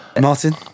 Martin